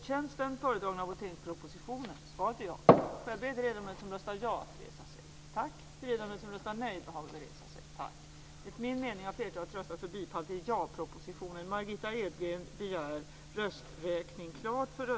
Fru talman! Sigge Godin behöver inte tala om för mig hur det ser ut i Jämtland. Det känner jag mycket, mycket väl till - kanske något bättre än vad Sigge Vi vill avvakta de utredningar som pågår, och vi vill också avvakta det arbete som pågår när det gäller EU:s strukturfonder.